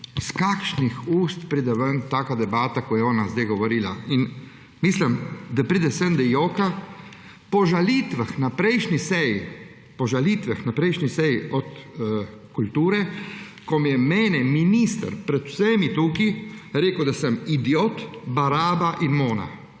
iz kakšnih ust pride ven takšna debata kot je ona zdaj govorila. In, mislim, da pride sem, da joka, po žalitvah na prejšnji seji od kulture, ko je mene minister pred vsemi, da sem idiot, baraba in mona.